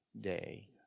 day